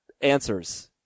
answers